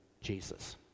Jesus